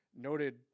noted